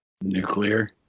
Nuclear